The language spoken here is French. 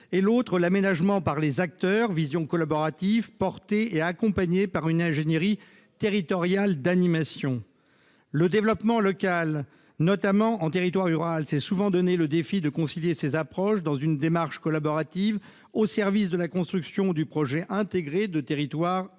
de l'autre, l'aménagement par les acteurs- vision collaborative portée et accompagnée par une ingénierie territoriale d'animation. Le développement local, notamment en territoire rural, s'est souvent lancé le défi de concilier ces approches dans une démarche collaborative au service de la construction du projet intégré de territoire local.